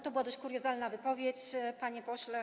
To była dość kuriozalna wypowiedź, panie pośle.